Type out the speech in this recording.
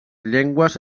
llengües